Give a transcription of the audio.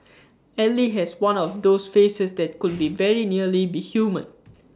ally has one of those faces that could very nearly be human